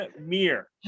Mir